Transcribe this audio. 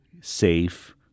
safe